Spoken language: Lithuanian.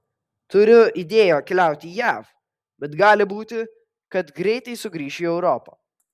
turiu idėją keliauti į jav bet gali būti kad greitai sugrįšiu į europą